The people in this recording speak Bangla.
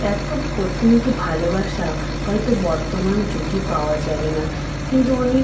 এত পত্নীকে ভালোবাসা হয়তো বর্তমান যুগে পাওয়া যাবে না কিন্তু উনি